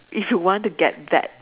if you want to get that